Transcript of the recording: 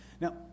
Now